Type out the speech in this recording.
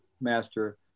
master